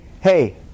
hey